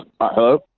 hello